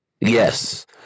Yes